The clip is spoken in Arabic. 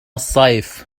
الصيف